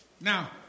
Now